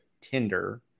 Tinder